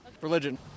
Religion